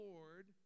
Lord